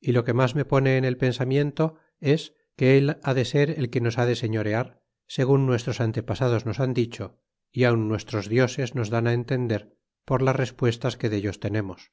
y lo que mas me pone en el pensamiento es que él ha de ser el que nos ha de señorear segun nuestros antepasados nos han dicho y aun nuestros dioses nos dan á en tender por las respuestas que dellos tenemos